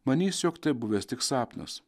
manys jog tai buvęs tik sapnas